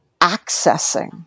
accessing